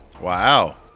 Wow